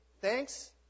thanks